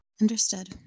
Understood